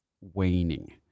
waning